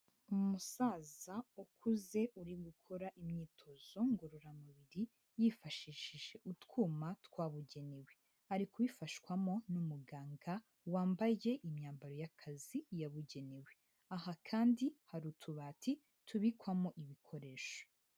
Umusaza ukuze uri gukora imyitozo ngororamubiri yifashishije utwuma twabugenewe. Ari kubifashwamo n'umuganga wambaye imyambaro y'akazi yabugenewe. Aha kandi hari utubati tubikwamo ibikoresho.